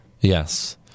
Yes